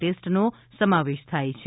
ટેસ્ટનો સમાવેશ થાય છે